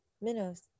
minnows